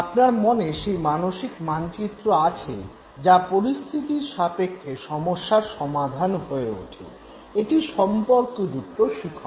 আপনার মনে সেই মানসিক মানচিত্র আছে যা পরিস্থিতির সাপেক্ষে সমস্যার সমাধান হয়ে ওঠে এটি সম্পর্কযুক্ত শিখন